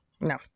No